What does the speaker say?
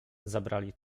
zabrali